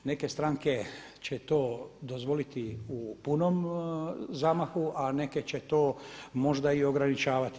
Neke stranke će to dozvoliti u punom zamahu a neke će to možda i ograničavati.